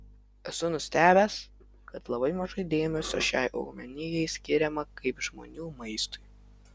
esu nustebęs kad labai mažai dėmesio šiai augmenijai skiriama kaip žmonių maistui